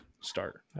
start